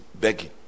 begging